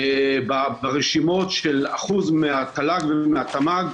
ברשימות של אחוז מהתל"ג או מהתמ"ג,